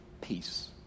peace